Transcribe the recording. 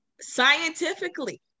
scientifically